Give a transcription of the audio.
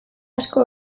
asko